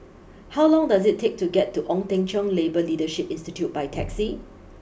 how long does it take to get to Ong Teng Cheong Labour Leadership Institute by taxi